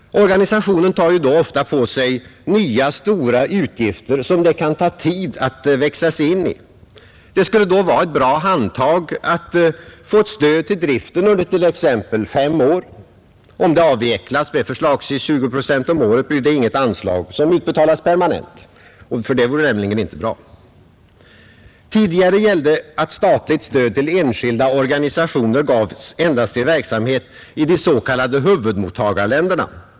Organisationen tar ju då ofta på sig nya stora utgifter, som det kan ta tid att växa in i. Det skulle då vara ett bra handtag att få ett stöd till driften under t.ex. fem år. Om det avvecklas med förslagsvis 20 procent om året, blir det ju inget anslag som utbetalas permanent. Detta vore nämligen inte bra. Tidigare gällde att statligt stöd till enskilda organisationer gavs endast till verksamhet i de s.k. huvudmottagarländerna.